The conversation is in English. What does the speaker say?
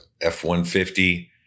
F-150